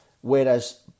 whereas